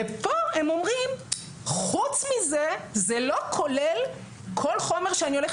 כאן הם אומרים חוץ מזה זה לא כולל כל חומר שאני הולך